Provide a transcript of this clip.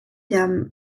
der